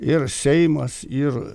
ir seimas ir